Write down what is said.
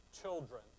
children